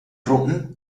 truppen